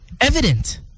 evident